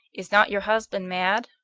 is not your husband mad?